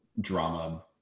drama